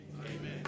Amen